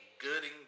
Gooding